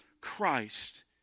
Christ